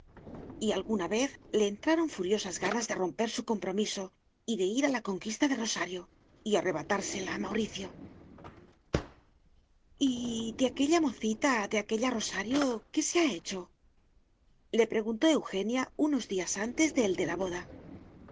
y alguna vez le entraron furiosas ganas de romper su compromiso y de ir a la conquista de rosario a arrebatársela a mauricio y de aquella mocita de aquella rosario qué se ha hecho le preguntó eugenia unos días antes de el de la boda